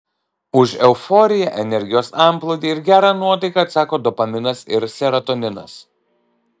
už euforiją energijos antplūdį ir gerą nuotaiką atsako dopaminas ir serotoninas